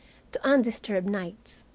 to undisturbed nights.